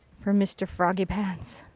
for mr. froggy pants.